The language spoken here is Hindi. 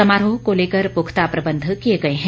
समारोह को लेकर पुख्ता प्रबंध किए गए हैं